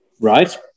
Right